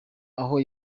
aho